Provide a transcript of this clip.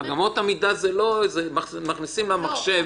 את אמות המידה לא עושה המחשב.